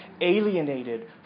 alienated